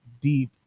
deep